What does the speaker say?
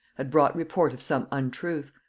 had brought report of some untruth,